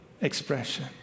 expression